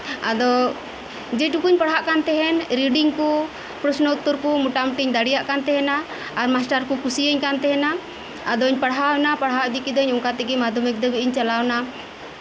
ᱟᱫᱚ ᱡᱮ ᱴᱩᱠᱩᱧ ᱯᱟᱲᱦᱟᱜ ᱠᱟᱱ ᱛᱟᱦᱮᱱ ᱨᱤᱰᱤᱝ ᱠᱚ ᱯᱨᱚᱥᱱᱚ ᱩᱛᱛᱚᱨ ᱠᱚ ᱢᱚᱴᱟᱢᱩᱴᱤᱧ ᱫᱟᱲᱮᱭᱟᱜ ᱠᱟᱱ ᱛᱟᱦᱮᱸᱱᱟ ᱟᱨ ᱢᱟᱥᱴᱟᱨ ᱠᱚ ᱠᱩᱥᱤᱭᱟᱹᱧ ᱠᱟᱱ ᱛᱟᱦᱮᱸᱱᱟ ᱟᱫᱚᱧ ᱯᱟᱲᱦᱟᱣᱱᱟ ᱯᱟᱲᱦᱟᱣ ᱤᱫᱤ ᱠᱮᱫᱟ ᱚᱱᱠᱟ ᱛᱮᱜᱮ ᱢᱟᱫᱽᱫᱷᱚᱢᱤᱠ ᱫᱷᱟᱵᱤᱡ ᱤᱧ ᱪᱟᱞᱟᱣ ᱮᱱᱟ